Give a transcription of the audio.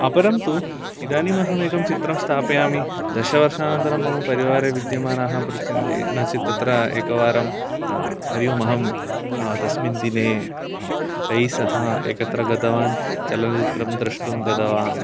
अपरं तु इदानीम् अहमेकं चित्रं स्थापयामि दशवर्षानन्तरं मम परिवारे विद्यमानाः पृच्छन्ति नो चेत् तत्र एकवारं हरि ओम् अहं तस्मिन् दिने तैः सह एकत्र गतवान् चलनचित्रं दृष्टुं गतवान्